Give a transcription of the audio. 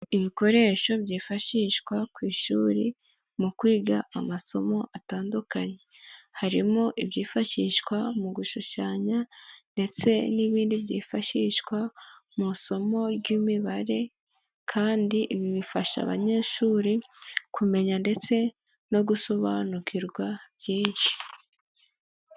Ibikoresho byifashishwa ku ishuri mu kwiga amasomo atandukanye. Harimo ibyifashishwa mu gushushanya ndetse n'ibindi byifashishwa mu isomo ry'imibare kandi ibi bifasha abanyeshuri kumenya ndetse no gusobanukirwa byinshi.